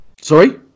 Sorry